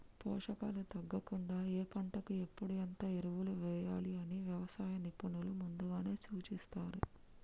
పోషకాలు తగ్గకుండా ఏ పంటకు ఎప్పుడు ఎంత ఎరువులు వేయాలి అని వ్యవసాయ నిపుణులు ముందుగానే సూచిస్తారు